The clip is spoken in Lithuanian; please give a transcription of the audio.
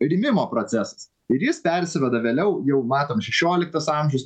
rimimo procesas ir jis persiduoda vėliau jau matom šešioliktas amžius